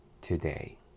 today